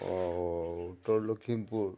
অঁ উত্তৰ লখিমপুৰ